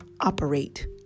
operate